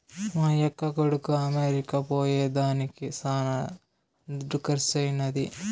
మా యక్క కొడుకు అమెరికా పోయేదానికి శానా దుడ్డు కర్సైనాది